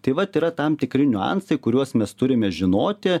tai vat yra tam tikri niuansai kuriuos mes turime žinoti